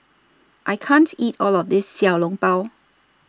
I can't eat All of This Xiao Long Bao